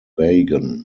wagon